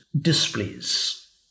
displays